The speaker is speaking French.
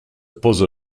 pose